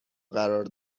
قرار